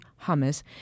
hummus